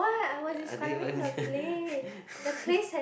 I don't even